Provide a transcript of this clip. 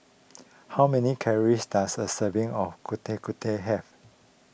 how many calories does a serving of Getuk Getuk have